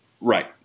right